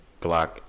Glock